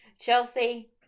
Chelsea